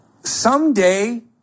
Someday